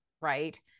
right